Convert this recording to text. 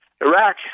Iraq